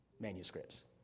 manuscripts